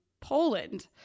Poland